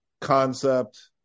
concept